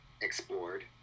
explored